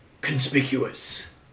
conspicuous